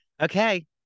Okay